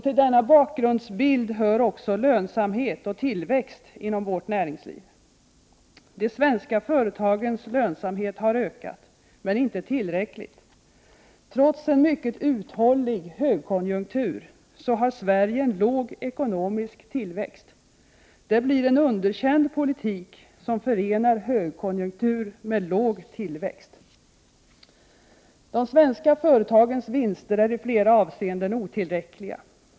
Till denna bakgrundsbild hör också lönsamhet och tillväxt inom vårt näringsliv. De svenska företagens lönsamhet har ökat, men inte tillräckligt mycket. Trots en mycket uthållig högkonjunktur har Sverige låg ekonomisk tillväxt. Det blir en underkänd politik som förenar högkonjunktur med låg tillväxt. De svenska företagens vinster är i flera avseenden otillräckliga.